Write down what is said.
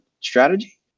strategy